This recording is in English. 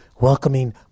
welcoming